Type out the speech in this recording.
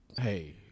Hey